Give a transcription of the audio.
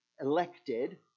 elected